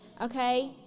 okay